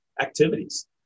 activities